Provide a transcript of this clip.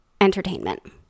entertainment